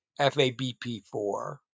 FABP4